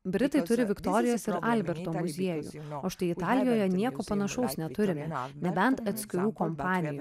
britai turi viktorijos ir alberto muziejų o štai italijoje nieko panašaus neturime nebent atskirų kompanijų